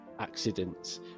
accidents